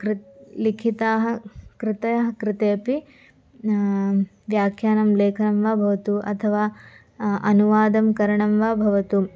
कृतयः लिखिताः कृतयः कृते अपि व्याख्यानं लेखनं वा भवतु अथवा अनुवादकरणं वा भवतु